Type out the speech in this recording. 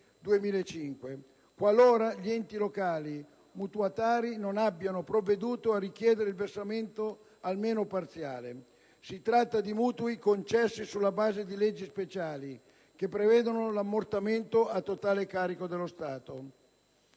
2005, qualora gli enti locali mutuatari non abbiano provveduto a richiedere il versamento almeno parziale. Si tratta di mutui concessi sulla base di leggi speciali, che prevedono l'ammortamento a totale carico dello Stato.